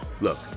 Look